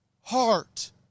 heart